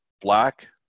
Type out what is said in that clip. black